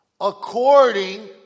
according